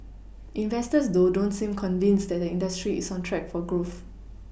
investors though don't seem convinced that the industry is on track for growth